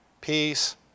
peace